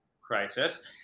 crisis